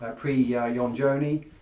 ah pri yeah yon joni,